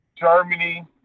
Germany